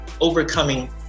overcoming